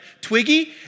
twiggy